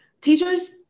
teachers